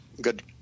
good